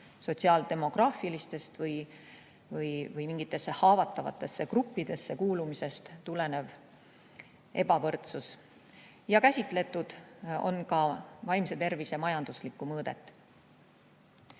sotsiaal-demograafilistest teguritest või mingitesse haavatavatesse gruppidesse kuulumisest tulenev ebavõrdsus. Ja käsitletud on ka vaimse tervise majanduslikku mõõdet.